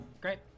Great